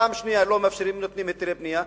פעם שנייה לא נותנים היתרי בנייה,